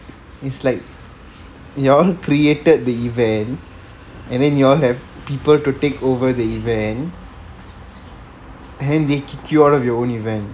it's like you all created the event and then you all have people to take over the event and they kick you out of your own event